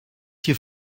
hier